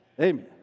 Amen